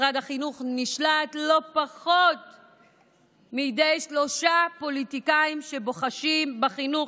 משרד החינוך נשלט בידי לא פחות משלושה פוליטיקאים שבוחשים בחינוך.